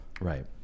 Right